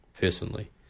personally